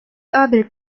other